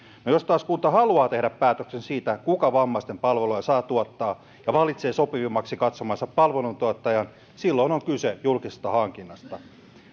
no jos taas kunta haluaa tehdä päätöksen siitä kuka vammaisten palveluja saa tuottaa ja valitsee sopivimmaksi katsomansa palveluntuottajan silloin on kyse julkisesta hankinnasta